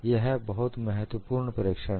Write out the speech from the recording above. यह बहुत महत्वपूर्ण प्रेक्षण है